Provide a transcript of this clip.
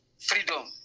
freedom